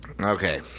Okay